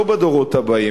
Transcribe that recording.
לא בדורות הבאים,